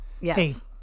Yes